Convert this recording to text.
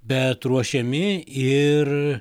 bet ruošiami ir